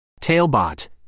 Tailbot